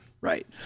right